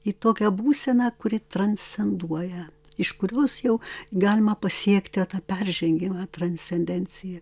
į tokią būseną kuri transcenduoja iš kurios jau galima pasiekti peržengiamą transcendenciją